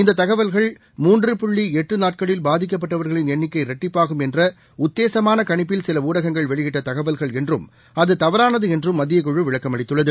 இந்ததகவல்கள் மூன்று புள்ளிளட்டுநாட்களில் பாதிக்கப்பட்டவர்களின் எண்ணிக்கை இரட்டிப்பாகும் என்றஉத்தேசமானகணிப்பில் சிலஊடகங்கள் வெளியிட்டதகவல்கள் என்றும் அதுதவறானதுஎன்றும் மத்தியக்குழுவிளக்கம் அளித்துள்ளது